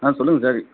ஆ சொல்லுங்கள் சார்